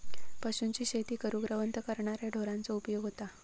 पशूंची शेती करूक रवंथ करणाऱ्या ढोरांचो उपयोग करतत